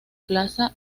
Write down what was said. plaza